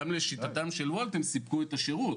גם לשיטת וולט הם סיפקו את השירות.